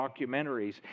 documentaries